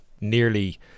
nearly